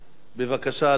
בבקשה,